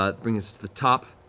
but brings us to the top.